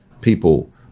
people